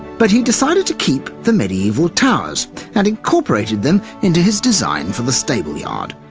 but he decided to keep the medieval towers and incorporated them into his design for the stable-yard,